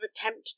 attempt